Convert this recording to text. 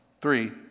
Three